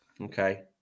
Okay